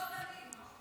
לא תמיד.